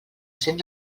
cent